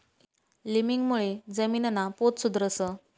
लिमिंगमुळे जमीनना पोत सुधरस